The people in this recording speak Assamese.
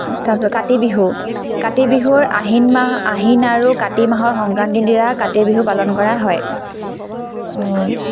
তাৰপিছত কাতি বিহু কাতি বিহুৰ আহিন মাহ আহিন আৰু কাতি মাহৰ সংক্ৰান্তিৰ দিনা কাতি বিহু পালন কৰা হয়